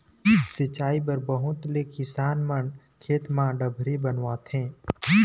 सिंचई बर बहुत ले किसान मन खेत म डबरी बनवाथे